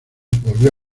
volvió